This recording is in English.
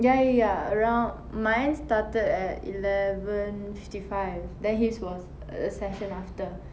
ya ya ya around mine started at eleven fifty five then his was the session after